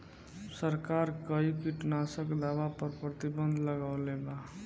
सरकार कई किटनास्क दवा पर प्रतिबन्ध लगवले बा